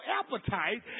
appetite